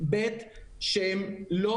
בי"ת, שהם לא